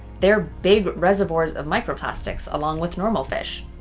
they're big reservoirs of microplastics along with normal fish.